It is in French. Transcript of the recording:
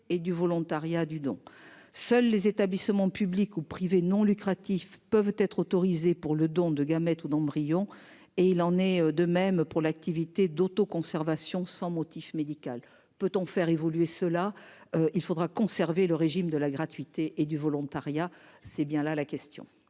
et du volontariat du don. Seuls les établissements publics ou privés non lucratifs peuvent être autorisés pour le don de gamètes ou d'embryons et il en est de même pour l'activité d'auto-conservation sans motif médical peut-on faire évoluer cela il faudra conserver le régime de la gratuité et du volontariat. C'est bien là la question.